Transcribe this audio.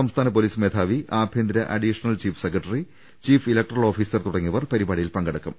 സംസ്ഥാന പൊലീസ് മേധാവി ആഭ്യന്തര additional chief secretary chief electoral officer തുടങ്ങിയവർ പരിപാടിയിൽ പങ്കെടുക്കും